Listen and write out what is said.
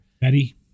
Betty